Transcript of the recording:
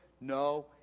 no